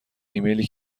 ایمیلی